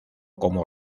como